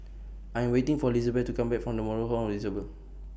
I Am waiting For Lizabeth to Come Back from The Moral Home Disabled